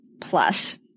plus